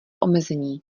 omezení